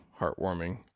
heartwarming